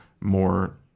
more